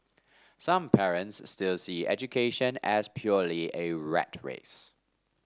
some parents still see education as purely a rat race